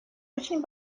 очень